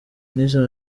nize